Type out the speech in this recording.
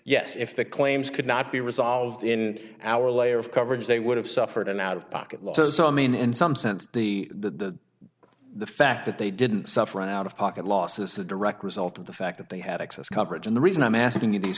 yes if the claims could not be resolved in our layer of coverage they would have suffered an out of pocket losses i mean in some sense the the the fact that they didn't suffer an out of pocket losses a direct result of the fact that they had excess coverage and the reason i'm asking these